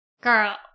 Girl